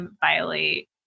violate